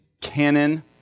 canon